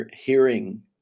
hearing